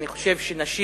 אני חושב שנשים